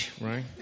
Right